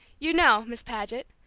you know, miss paget,